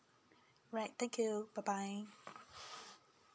right thank you bye bye